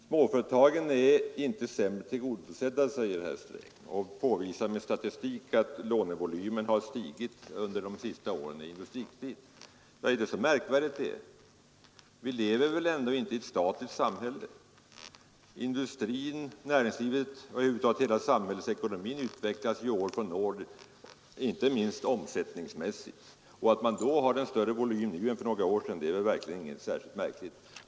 Småföretagen är inte sämre tillgodosedda, säger herr Sträng och påvisar med statistik att lånevolymen har ökat under de senaste åren i Industrikredit. Men är det så märkvärdigt? Vi lever väl ändå inte i ett statiskt samhälle. Industrin, näringslivet, över huvud taget hela samhällsekonomin utvecklas ju år från år, inte minst omsättningsmässigt. Att man då har en större volym nu än för några år sedan är ingenting särskilt märkligt.